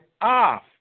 off